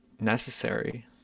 necessary